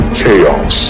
chaos